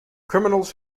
criminals